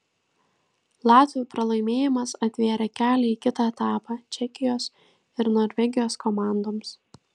latvių pralaimėjimas atvėrė kelią į kitą etapą čekijos ir norvegijos komandoms